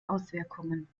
auswirkungen